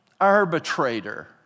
arbitrator